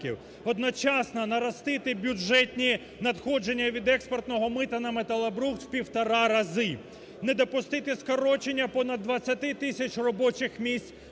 одночасно наростити бюджетні надходження від експортного мита на металобрухт в півтора рази, не допустити скорочення понад 20 тисяч робочих місць